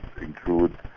include